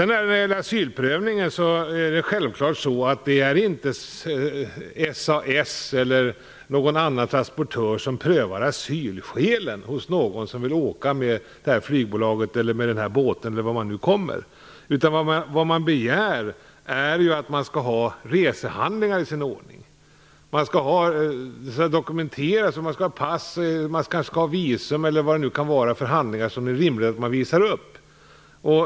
När det gäller asylprövningen är det självklart inte SAS eller någon annan transportör som prövar asylskälen hos någon som vill åka med dem. Vad vi begär är att man skall ha resehandlingarna i ordning: pass, kanske visum eller vad det nu kan vara för handlingar som det är rimligt att visa upp.